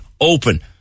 open